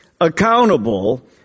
accountable